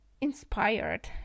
inspired